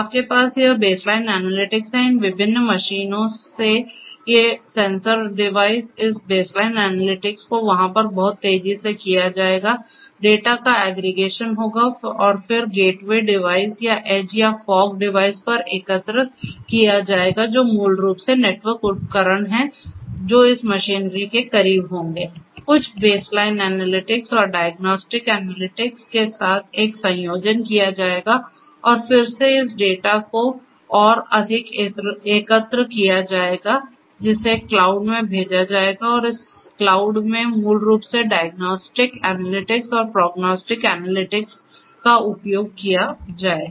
आपके पास यह बेसलाइन एनालिटिक्स है इन विभिन्न मशीनों से ये सेंसर डिवाइस इस बेसलाइन एनालिटिक्स को वहां पर बहुत तेजी से किया जाएगा डेटा का एग्रीगेशन होगा और फिर गेटवे डिवाइस या एज या फॉग डिवाइस पर एकत्र किया जाएगा जो मूल रूप से नेटवर्क उपकरण हैं जो इस मशीनरी के करीब होंगे कुछ बेसलाइन एनालिटिक्स और डायग्नोस्टिक एनालिटिक्स के साथ एक संयोजन किया जाएगा और फिर से इस डेटा को और अधिक एकत्र किया जाएगा जिसे क्लाउड में भेजा जाएगा और इस क्लाउड में मूल रूप से डायग्नोस्टिक एनालिटिक्स और प्रग्नोस्टिक एनालिटिक्स का उपयोग किया जाएगा